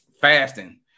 Fasting